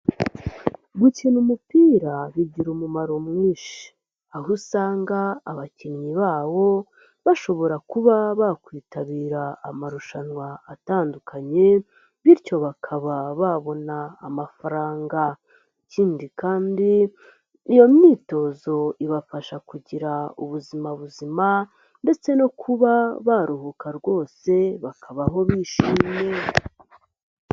Gukina umupira bigira umumaro mwinshi aho usanga abakinnyi babo bashobora kuba bakwitabira amarushanwa atandukanye, bityo bakaba babona amafaranga, ikindi kandi iyo myitozo ibafasha kugira ubuzima buzima ndetse no kuba baruhuka rwose bakabaho bishimye.